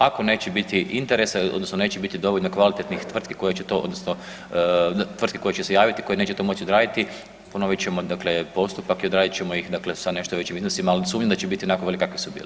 Ako neće biti interesa, odnosno neće biti dovoljno kvalitetnih tvrtki koje će to, odnosno tvrtki koje će se javiti, koje neće to moći odraditi, ponovit ćemo dakle postupak i odradit ćemo ih dakle sa nešto većim iznosima, ali sumnjam da će biti onako veliki kakvi su bili.